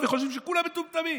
וחושבים שכולם מטומטמים.